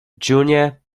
junior